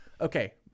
Okay